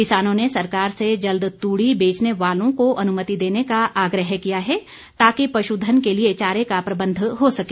किसानों ने सरकार से जल्द तूड़ी बेचने वालों को अनुमति देने का आग्रह किया है ताकि पुशधन के लिए चारे का प्रबंध हो सके